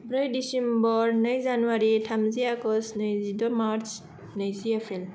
ब्रै दिसेम्बर नै जानुवारि थामजि आगस्ट नैजिद' मार्स नैजि एप्रिल